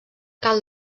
cal